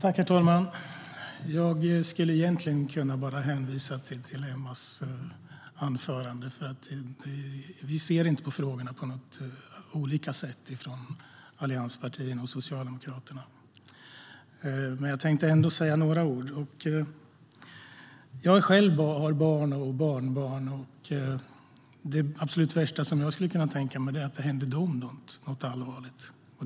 Herr talman! Jag skulle egentligen kunna hänvisa till Emma Henrikssons anförande. Allianspartierna och Socialdemokraterna ser inte olika på frågorna. Jag tänkte ändå säga några ord. Jag har själv barn och barnbarn. Det absolut värsta som jag skulle tänka mig är att det händer dem något allvarligt.